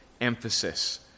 emphasis